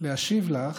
להשיב לך,